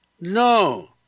No